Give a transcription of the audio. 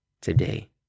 today